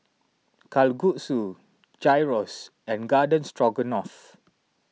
Kalguksu Gyros and Garden Stroganoff